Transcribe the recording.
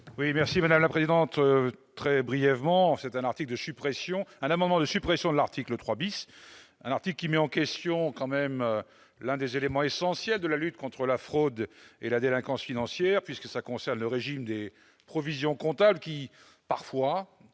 merci madame la présidente, très brièvement, c'est un article suppression un amendement de suppression de l'article 3 bis article qui met en question quand même l'un des éléments essentiels de la lutte contre la fraude et la délinquance financière, puisque ça concerne le régime des provisions comptables qui parfois